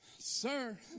sir